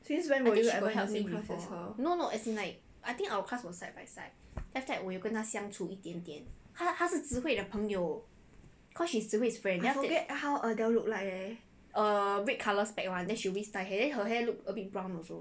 I think she got help me before no no as in like I think our class was like side by side then after that 我又跟他相处一点点他他是 zhi hui 的朋友 cause she is zhi hui's friend then after that err red colour spec one then she always tie her hair her hair look a bit brown also